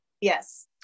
Yes